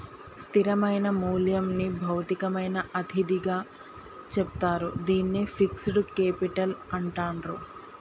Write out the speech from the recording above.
స్థిరమైన మూల్యంని భౌతికమైన అతిథిగా చెప్తారు, దీన్నే ఫిక్స్డ్ కేపిటల్ అంటాండ్రు